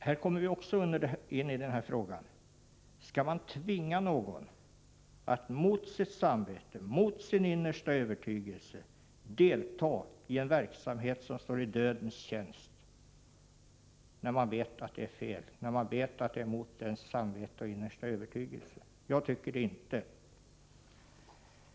Här kommer vi in på frågan om man skall tvinga någon att mot sitt samvete, mot sin innersta övertygelse, delta i en verksamhet som står i dödens tjänst, när man vet att det är fel, när man vet att det är mot ens samvete och innersta övertygelse. Jag tycker inte det.